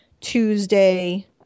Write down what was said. Tuesday